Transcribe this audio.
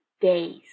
days